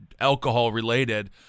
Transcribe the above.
alcohol-related